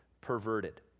perverted